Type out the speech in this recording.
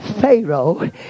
Pharaoh